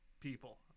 people